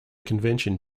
convention